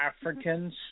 Africans